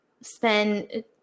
Spend